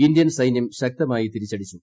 Indian സൈന്യം ശക്തമായി തിരിച്ചടിച്ചു